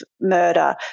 murder